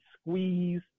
squeeze